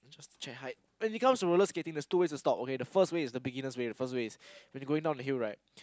check height when it comes to roller skating there's two way to stop okay the first way is the beginner's way first way when you're going down the hill right